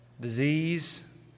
disease